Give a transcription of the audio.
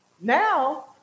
Now